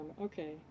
Okay